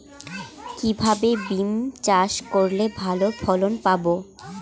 কিভাবে বিম চাষ করলে ভালো ফলন পাব?